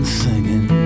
singing